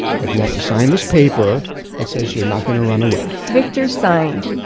but you have to sign this paper that says you're not going to run away. victor signed.